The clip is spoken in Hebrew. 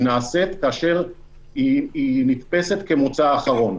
היא נעשית כאשר היא נתפסת כמוצא אחרון.